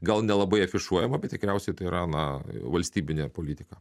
gal nelabai afišuojama bet tikriausiai tai yra na valstybinė politika